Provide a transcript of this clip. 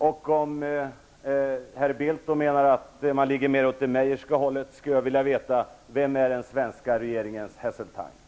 Om herr Bildt menar att man ligger mer åt det majorska hållet, undrar jag vem som är den svenska regeringens Heseltine.